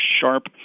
sharp